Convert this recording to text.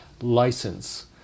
license